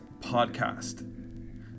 Podcast